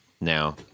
Now